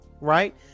right